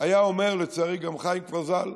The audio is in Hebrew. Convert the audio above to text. היה אומר, לצערי, גם חיים כבר ז"ל,